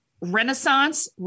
Renaissance